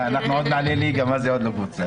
אנחנו עוד נעלה ליגה, מה זה עוד לא קבוצה?